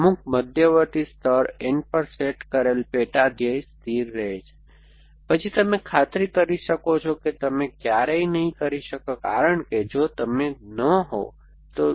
અમુક મધ્યવર્તી સ્તર n પર સેટ કરેલ પેટા ધ્યેય સ્થિર રહે છે પછી તમે ખાતરી કરી શકો છો કે તમે ક્યારેય નહીં કરી શકો કારણ કે જો તમે ન હોવ તો